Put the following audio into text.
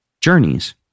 journeys